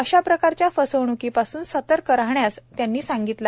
अशा प्रकारच्या फसवणूकी पासून सतर्क रहण्यास त्यांनी संगितले